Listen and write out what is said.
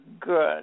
good